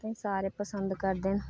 सारे पसंद करदे न